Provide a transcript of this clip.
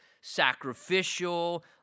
sacrificial